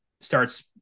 starts